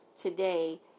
today